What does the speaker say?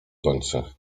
gońcy